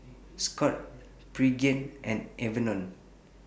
Scott's Pregain and Enervon